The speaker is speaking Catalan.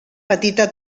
petita